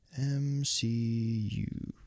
MCU